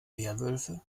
werwölfe